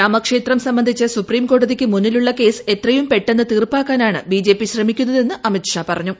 രാമക്ഷേത്രം സംബന്ധിച്ച് സുപ്രീംകോടതിക്ക് മുന്നിലുള്ള കേസ് എത്രയും പെട്ടെന്ന് തീർപ്പാക്കാനാണ് ബിജെപി ശ്രമിക്കുന്നതെന്ന് അമിത്ഷാ പറഞ്ഞു